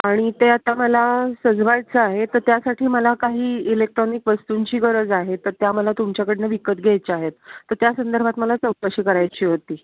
आणि ते आता मला सजवायचं आहे तर त्यासाठी मला काही इलेक्ट्रॉनिक वस्तूंची गरज आहे तर त्या मला तुमच्याकडून विकत घ्यायच्या आहेत तर त्या संदर्भात मला चौकशी करायची होती